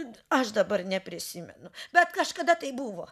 ant aš dabar neprisimenu bet kažkada tai buvo